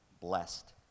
blessed